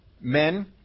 Men